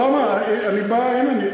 אבל אני בא הנה,